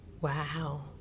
Wow